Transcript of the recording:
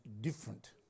different